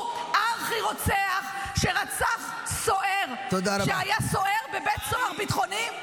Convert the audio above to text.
ארכי-רוצח שרצח סוהר שהיה סוהר בבית סוהר ביטחוני.